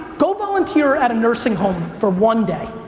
go volunteer at a nursing home for one day.